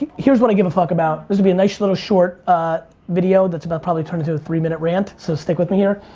here's what i give a fuck about. this'll be a nice little short video that's about to probably turn into a three minute rant so stick with me here.